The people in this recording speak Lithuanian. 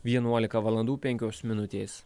vienuolika valandų penkios minutės